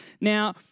Now